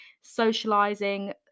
socializing